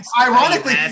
Ironically